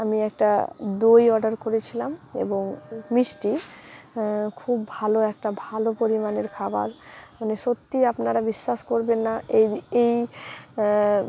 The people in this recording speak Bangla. আমি একটা দই অর্ডার করেছিলাম এবং মিষ্টি খুব ভালো একটা ভালো পরিমাণের খাবার মানে সত্যিই আপনারা বিশ্বাস করবেন না এই এই